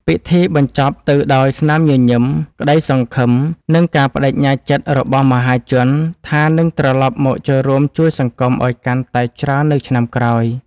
ពិធីបញ្ចប់ទៅដោយស្នាមញញឹម ក្ដីសង្ឃឹម និងការប្តេជ្ញាចិត្តរបស់មហាជនថានឹងត្រលប់មកចូលរួមជួយសង្គមឱ្យកាន់តែច្រើននៅឆ្នាំក្រោយ។